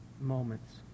moments